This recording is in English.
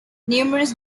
numerous